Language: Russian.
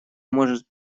может